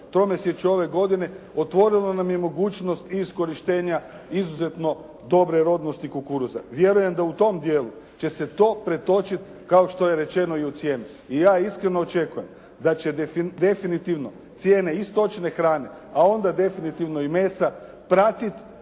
tromjesečju ove godine, otvorilo nam je mogućnost i iskorištenja izuzetno dobre rodnosti kukuruza. Vjerujem da u tom dijelu će se to predočiti kao što je rečeno i u cijenu. I ja iskreno očekujem da će definitivno cijene i stočne hrane, a onda definitivno i mesa, pratiti